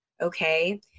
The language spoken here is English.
Okay